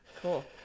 Cool